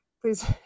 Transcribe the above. please